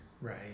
Right